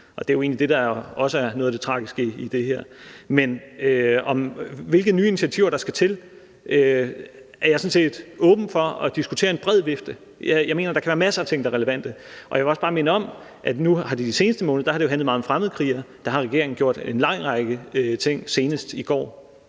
noget af det tragiske i det her. Men i forhold til hvilke nye initiativer der skal til, er jeg sådan set åben for at diskutere en bred vifte. Jeg mener, der kan være masser af ting, der er relevante, og jeg vil også bare minde om, at i de seneste måneder har det handlet meget om fremmedkrigere. Der har regeringen gjort en lang række ting, senest i går.